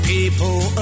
People